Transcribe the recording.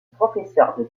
professeur